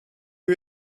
you